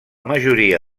majoria